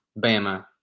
Bama